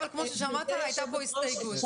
אבל כמו ששמעת הייתה פה הסתייגות.